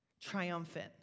Triumphant